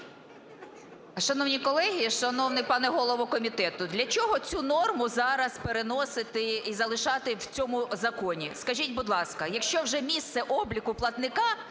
Шановні колеги, шановний пане голово комітету, для чого цю норму зараз переносити і залишати в цьому законі, скажіть, будь ласка, якщо вже місце обліку платника